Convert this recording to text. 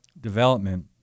development